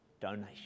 donation